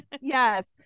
Yes